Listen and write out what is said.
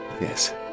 Yes